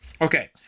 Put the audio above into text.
Okay